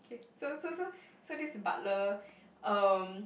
k so so so so this butler um